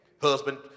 Husband